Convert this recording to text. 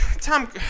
Tom